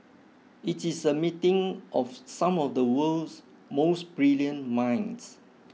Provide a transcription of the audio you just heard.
it is a meeting of some of the world's most brilliant minds